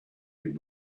him